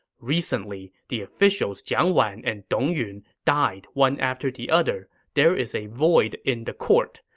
recently, the officials jiang wan and dong yun died one after the other. there is a void in the court.